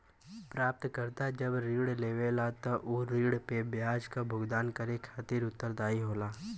प्राप्तकर्ता जब ऋण लेवला तब उ ऋण पे ब्याज क भुगतान करे खातिर उत्तरदायी होला